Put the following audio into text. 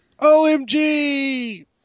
OMG